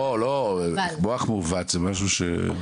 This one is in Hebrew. אבל בעיניי, כן אפשר לפקח.